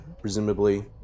presumably